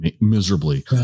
miserably